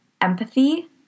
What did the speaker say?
empathy